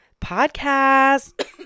Podcast